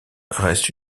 reste